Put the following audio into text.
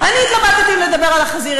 אני התלבטתי אם לדבר על החזיר.